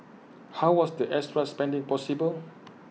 how was the extra spending possible